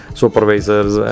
supervisors